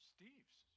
Steve's